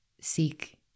seek